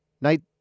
Night